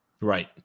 Right